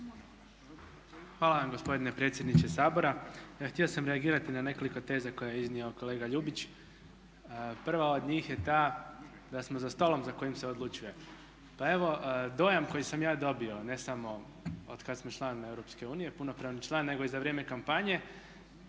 Hvala vam gospodine predsjedniče Sabora. Htio sam reagirati na nekoliko teza koje je iznio kolega Ljubić. Prva od njih je ta da smo za stolom za kojim se odlučuje. Pa evo dojam koji sam ja dobio ne samo od kad smo članovi EU, punopravni član nego i za vrijeme kampanje